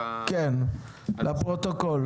כן, לפרוטוקול.